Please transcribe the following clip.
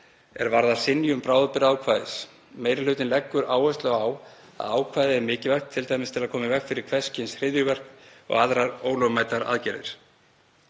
er varðar synjun bráðabirgðaákvæðis. Meiri hlutinn leggur áherslu á að ákvæðið er mikilvægt, t.d. til að koma í veg fyrir hvers kyns hryðjuverk og aðrar ólögmætar aðgerðir.